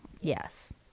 Yes